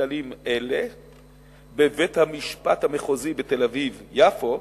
כללים אלה בבית-המשפט המחוזי בתל-אביב יפו,